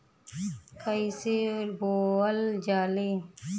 कईसे बोवल जाले?